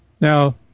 Now